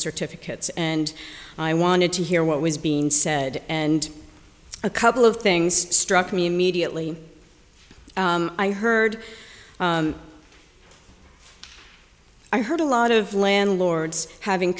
certificates and i wanted to hear what was being said and a couple of things struck me immediately i heard i heard a lot of landlords having